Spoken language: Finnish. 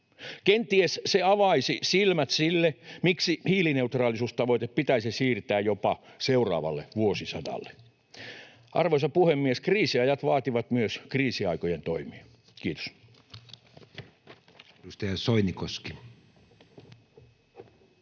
Kenties se avaisi silmät sille, miksi hiilineutraalisuustavoite pitäisi siirtää jopa seuraavalle vuosisadalle. Arvoisa puhemies! Kriisiajat vaativat myös kriisiaikojen toimia. — Kiitos.